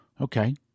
Okay